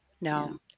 No